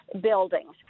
buildings